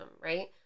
right